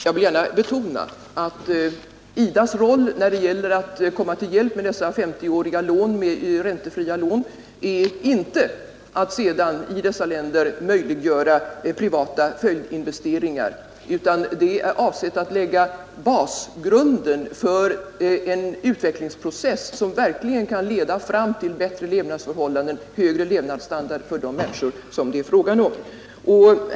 Jag vill gärna betona att IDA:s roll när det gäller att hjälpa med dessa 50-åriga räntefria lån är inte att sedan i dessa länder möjliggöra privata följdinvesteringar, utan avsikten är att lägga grunden för en utvecklingsprocess som verkligen kan leda fram till bättre levnadsförhållanden, till högre levnadsstandard för de människor det är fråga om.